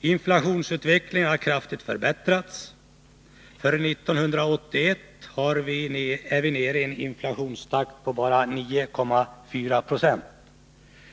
I fråga om inflationen har det nu blivit en väsentlig förbättring. 1981 var vi nere i en inflationstakt på bara 9,4 96.